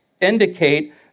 indicate